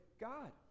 God